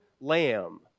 lamb